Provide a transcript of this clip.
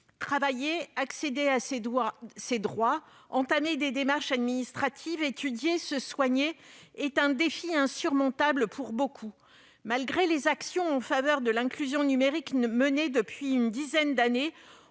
Travailler, accéder à ses droits, engager des démarches administratives, étudier, se soigner devient pour beaucoup un défi insurmontable. Malgré les actions en faveur de l'inclusion numérique menées depuis une dizaine d'années,